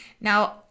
Now